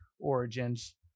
origins